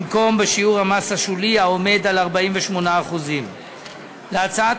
במקום בשיעור המס השולי העומד על 48%. להצעת